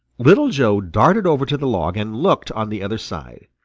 little joe darted over to the log and looked on the other side.